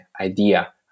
idea